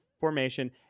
Formation